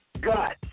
guts